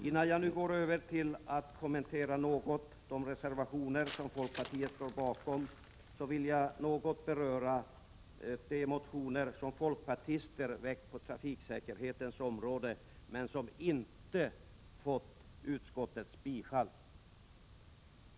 Innan jag nu går över till att något kommentera de reservationer som folkpartiet står bakom, vill jag beröra de motioner som folkpartister väckt på trafiksäkerhetens område men som inte fått utskottets tillstyrkan.